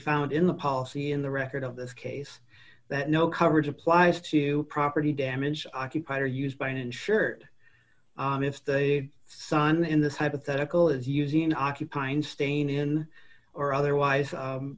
found in the policy in the record of this case that no coverage applies to property damage occupied or used by an insured if the son in this hypothetical is using occupying staying in or otherwise